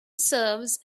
serves